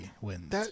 wins